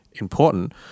important